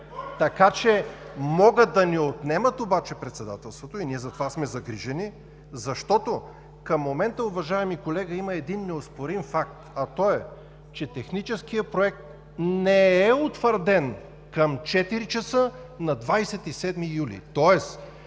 Така че могат да ни отнемат обаче председателството и ние затова сме загрижени, защото към момента, уважаеми колега, има един неоспорим факт, а той е, че техническият проект не е утвърден към 4,00 часа на 27 юли,